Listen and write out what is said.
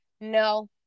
no